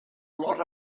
lot